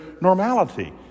normality